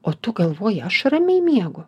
o tu galvoji aš ramiai miegu